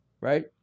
right